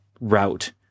route